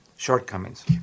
Shortcomings